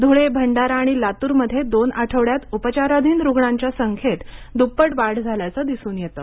ध्ळे अंडारा आणि लातूर मध्ये दोन आठवड्यात उपचाराधीन रुग्णांच्या संख्येत दप्पट वाढ वाढ झाल्याचं दिसून येतं